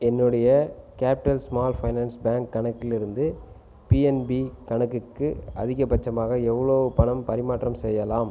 என்னுடைய Capital Small Finance Bank கணக்கிலிருந்து PNB கணக்குக்கு அதிகபட்சமாக எவ்வளோ பணம் பரிமாற்றம் செய்யலாம்